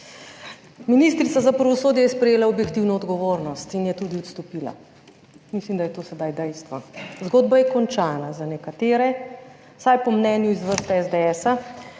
Ministrica za pravosodje je sprejela objektivno odgovornost in je tudi odstopila. Mislim, da je to sedaj dejstvo. Zgodba je končana za nekatere vsaj po mnenju iz vrst SDS,